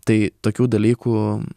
tai tokių dalykų